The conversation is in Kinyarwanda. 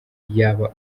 yaba